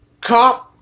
cop